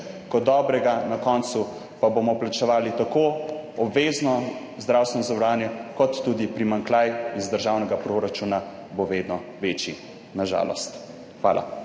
kot dobrega. Na koncu pa bomo plačevali tako obvezno zdravstveno zavarovanje kot tudi primanjkljaj iz državnega proračuna bo vedno večji na žalost. Hvala.